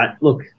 Look